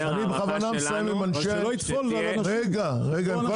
ההערכה שלנו שתהיה --- אתה מטעם, אתה לא